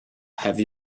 have